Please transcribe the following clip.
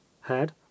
head